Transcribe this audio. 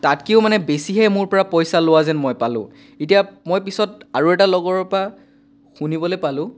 তাতকৈও মই বেছিহে মোৰ পৰা পইচা লোৱা যেন মই পালোঁ এতিয়া মই পিছত আৰু এটা লগৰ পৰা শুনিবলৈ পালোঁ